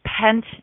pent